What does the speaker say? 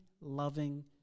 loving